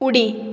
उडी